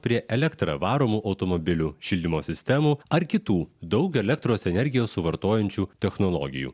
prie elektra varomų automobilių šildymo sistemų ar kitų daug elektros energijos suvartojančių technologijų